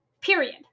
period